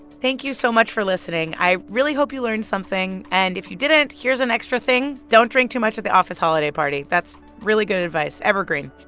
thank you so much for listening. i really hope you learned something. and if you didn't, here's an extra thing. don't drink too much at the office holiday party. that's really good advice evergreen.